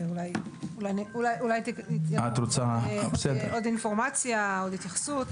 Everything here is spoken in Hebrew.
אולי תהיה עוד אינפורמציה, עוד התייחסות.